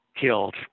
killed